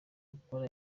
gukora